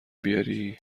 بیاری